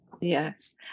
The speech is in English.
Yes